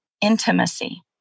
intimacy